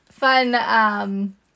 fun